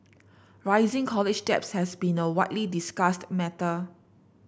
rising college debt has been a widely discussed matter